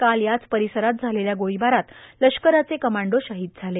काल याच परिसरात झालेल्या गोळीबारात लष्कराचे कमांडो शहीद झाले